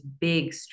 big